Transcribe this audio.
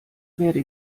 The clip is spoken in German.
werde